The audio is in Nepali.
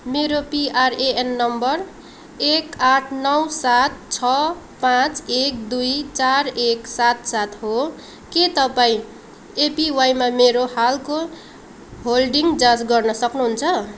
मेरो पिआरएएन नम्बर एक आठ नौ सात छ पाँच एक दुई चार एक सात सात हो के तपाईँँ एपिवाईमा मेरो हालको होल्डिङ जाँच गर्न सक्नुहुन्छ